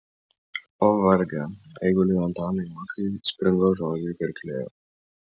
o varge eiguliui antanui uokai springo žodžiai gerklėje